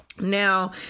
Now